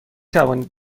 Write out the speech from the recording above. توانید